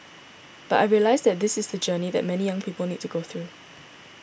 but I realised that this is the journey that many young people need to go through